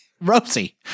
Rosie